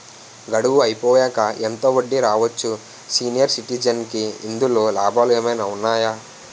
గడువు అయిపోయాక ఎంత వడ్డీ రావచ్చు? సీనియర్ సిటిజెన్ కి ఇందులో లాభాలు ఏమైనా ఉన్నాయా?